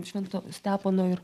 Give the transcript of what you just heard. švento stepono ir